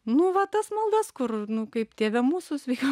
nu va tas maldas kur nu kaip tėve mūsų sveika